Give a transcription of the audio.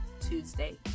Tuesday